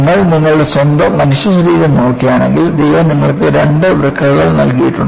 നിങ്ങൾ നിങ്ങളുടെ സ്വന്തം മനുഷ്യശരീരം നോക്കുകയാണെങ്കിൽ ദൈവം നിങ്ങൾക്ക് രണ്ട് വൃക്കകൾ നൽകിയിട്ടുണ്ട്